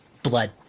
blood